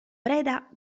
preda